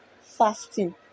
fasting